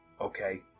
Okay